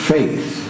Faith